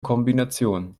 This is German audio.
kombination